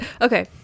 Okay